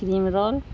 کریم role